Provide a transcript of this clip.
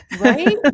Right